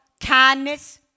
kindness